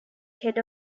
head